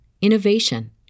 innovation